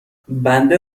بنده